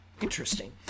Interesting